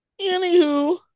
Anywho